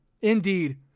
Indeed